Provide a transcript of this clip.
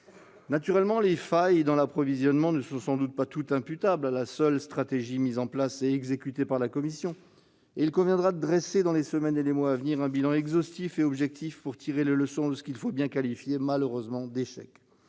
Naturellement, les failles dans l'approvisionnement ne sont sans doute pas toutes imputables à la seule stratégie mise en place et exécutée par la Commission. Il conviendra de dresser dans les semaines et les mois à venir un bilan exhaustif et objectif pour tirer les leçons de ce qu'il faut bien qualifier, malheureusement, d'échec.